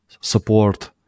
support